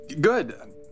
Good